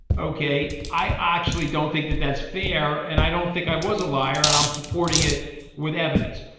ok. i actually don't think that that's fair. and i don't think i was a liar and i'm supporting it with evidence.